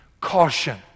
caution